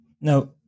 Now